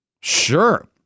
Sure